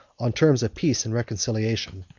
on terms of peace and reconciliation.